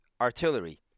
artillery